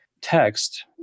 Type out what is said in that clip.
text